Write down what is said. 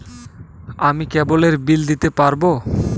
আমি কেবলের বিল দিতে পারবো?